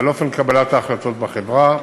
או על אופן קבלת ההחלטות בחברה.